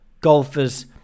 golfers